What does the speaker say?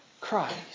Christ